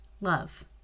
Love